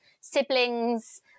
siblings